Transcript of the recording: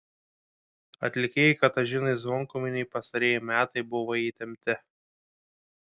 atlikėjai katažinai zvonkuvienei pastarieji metai buvo įtempti